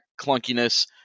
clunkiness